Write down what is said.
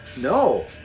No